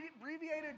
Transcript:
abbreviated